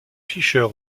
fischer